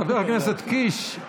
חבר הכנסת קיש,